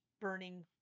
burning